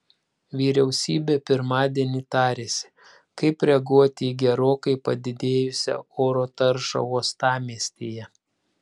vyriausybė pirmadienį tarėsi kaip reaguoti į gerokai padidėjusią oro taršą uostamiestyje